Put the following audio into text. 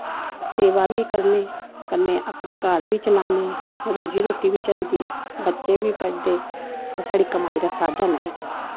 सेवा बी करनी कन्नै अपना घर बी चलान्ने रोजी रोट्टी बी चलदी बच्चे बी पलदे साढ़ी कमाई दा साधन ऐ इक्क